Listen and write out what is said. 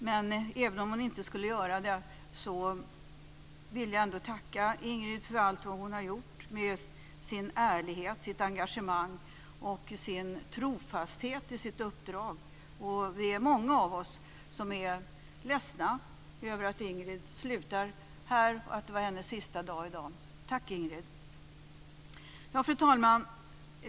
Men även om hon inte skulle göra det vill jag tacka Ingrid för allt hon har gjort med sin ärlighet, sitt engagemang och sin trofasthet i sitt uppdrag. Det är många av oss som är ledsna över att Ingrid slutar här och att det var hennes sista dag i dag. Tack, Ingrid! Fru talman!